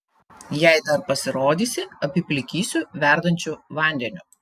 jei dar pasirodysi apiplikysiu verdančiu vandeniu